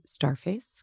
Starface